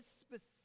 specific